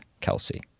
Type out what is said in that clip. Kelsey